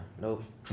nope